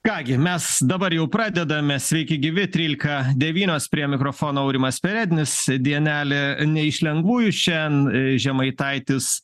ką gi mes dabar jau pradedame sveiki gyvi trylika devynios prie mikrofono aurimas perednis dienelė ne iš lengvųjų šian žemaitaitis